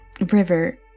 River